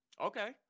Okay